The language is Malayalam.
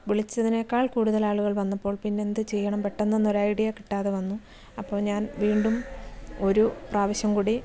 വിളിച്ചതിനേക്കാൾ കൂടുതലാളുകൾ വന്നപ്പോൾ പിന്നെന്ത് ചെയ്യണം പെട്ടെന്നാണൊരൈഡിയ കിട്ടാതെ വന്നു അപ്പോൾ ഞാൻ വീണ്ടും ഒരു പ്രാവശ്യം കൂടി